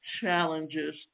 challenges